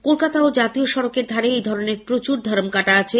কলকাতা শহরে ও জাতীয় সড়কের ধারে এ ধরনের প্রচুর ধর্ম কাঁটা আছে